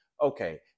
okay